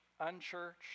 unchurched